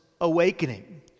awakening